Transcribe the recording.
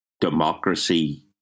democracy